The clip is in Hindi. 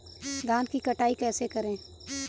धान की कटाई कैसे करें?